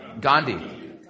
Gandhi